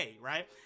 right